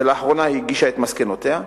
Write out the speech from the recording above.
ולאחרונה הגישה את מסקנותיה.